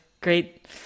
great